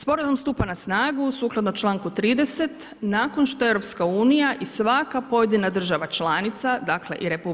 Sporazum stupa na snagu sukladno članku 30., nakon što EU i svaka pojedina država članica, dakle i RH